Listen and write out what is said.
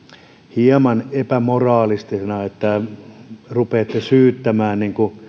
hieman epämoraalisena että rupeatte syyttämään